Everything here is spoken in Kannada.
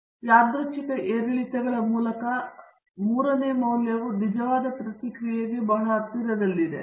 ಮತ್ತು ಯಾದೃಚ್ಛಿಕ ಏರಿಳಿತಗಳ ಮೂಲಕ ಮೂರನೇ ಮೌಲ್ಯವು ನಿಜವಾದ ಪ್ರತಿಕ್ರಿಯೆಗೆ ಬಹಳ ಹತ್ತಿರದಲ್ಲಿದೆ